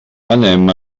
anem